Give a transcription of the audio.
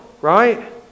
right